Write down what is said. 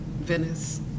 Venice